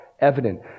Evident